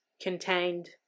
contained